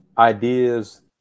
ideas